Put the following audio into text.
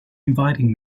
inviting